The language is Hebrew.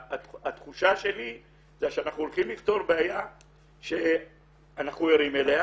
התחושה שלי זה שאנחנו הולכים לפתור בעיה שאנחנו ערים אליה